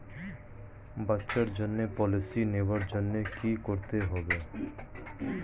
বাচ্চার জন্য পলিসি নেওয়ার জন্য কি করতে হবে?